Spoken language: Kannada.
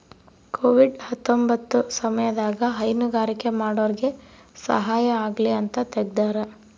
ಕೋವಿಡ್ ಹತ್ತೊಂಬತ್ತ ಸಮಯದಾಗ ಹೈನುಗಾರಿಕೆ ಮಾಡೋರ್ಗೆ ಸಹಾಯ ಆಗಲಿ ಅಂತ ತೆಗ್ದಾರ